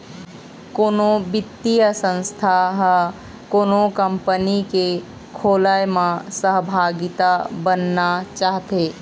कोनो बित्तीय संस्था ह कोनो कंपनी के खोलय म सहभागिता बनना चाहथे